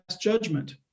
judgment